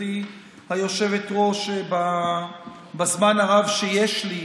גברתי היושבת-ראש, בזמן הרב שיש לי,